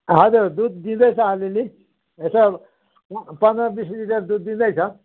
हजुर दुध दिँदैछ अलिअलि यसो पन्ध्र बिस लिटर दुध दिँदैछ